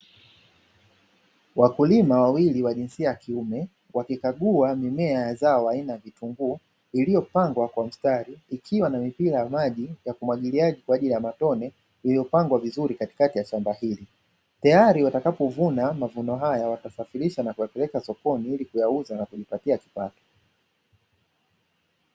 Wakulima wawili wa jinsia ya kiume wakikagua mimea ya zao aina ya vitunguu iliyopangwa kwa mstari, ikiwa na mipira ya maji ya kumwagilia kwa ajili ya matone iliyopangwa vizuri katikati ya shamba hili, tayari watakapo vuna mavuno haya watasafirisha na kupeleka sokoni ili kuyauza na kujipatia kipato.